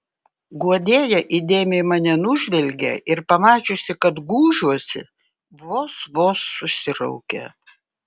guodėja įdėmiai mane nužvelgė ir pamačiusi kad gūžiuosi vos vos susiraukė